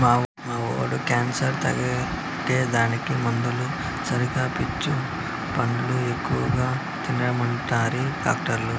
మా వోడి క్యాన్సర్ తగ్గేదానికి మందులతో సరిగా పీచు పండ్లు ఎక్కువ తినమంటిరి డాక్టర్లు